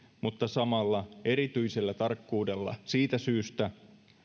mutta samalla erityisellä tarkkuudella siitä syystä